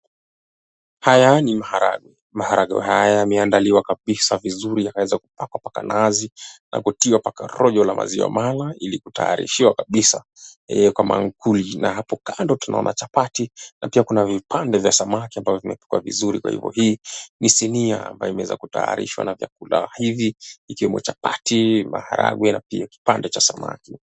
Haya ni maharagwe, maharagwe haya yameandaliwa kabisa vizuri yanaweza kupakwapakwa nazi na kutiwa paka rojo la maziwa mala ilikutayarishiwa kabisa kwa mankuli. Na hapo kando tunaona chapati na pia kuna vipande vya samaki ambavyo vimepikwa vizuri kwa hivyo hi ni sinia ambayo imeweza kutayarishwa na vyakula hivi ikiwemo chapati, maharagwe na pia kipande cha samaki.